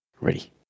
Ready